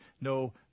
no